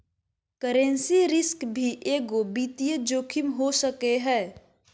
currency risk भी एगो वित्तीय जोखिम हो सको हय